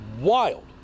wild